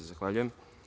Zahvaljujem.